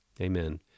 Amen